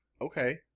Okay